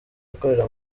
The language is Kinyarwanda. akorera